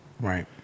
Right